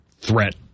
threat